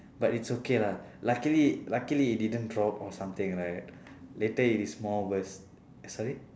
but it's okay lah luckily luckily it didn't drop or something right later it is more worse sorry